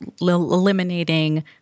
eliminating